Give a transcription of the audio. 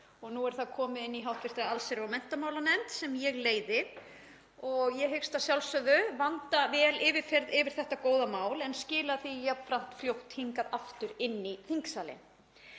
nú er það komið inn í hv. allsherjar- og menntamálanefnd sem ég leiði og ég hyggst að sjálfsögðu vanda vel yfirferð yfir þetta góða mál en skila því jafnframt fljótt hingað aftur í þingsal.